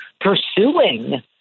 pursuing